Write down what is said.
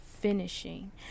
finishing